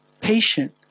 patient